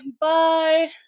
Bye